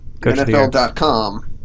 NFL.com